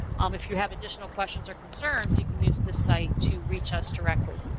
um if you have additional questions or concerns, you can use this site to reach us directly.